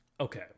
Okay